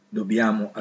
dobbiamo